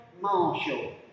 Marshall